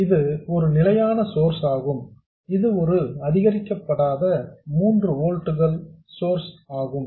இது ஒரு நிலையான சோர்ஸ் ஆகும் இது ஒரு அதிகரிக்கபடாத 3 ஓல்ட்ஸ் சோர்ஸ் ஆகும்